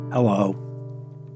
Hello